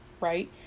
right